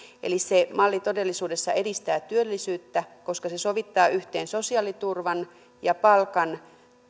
eli se malli todellisuudessa edistää työllisyyttä koska se sovittaa yhteen sosiaaliturvan ja palkan